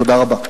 תודה רבה.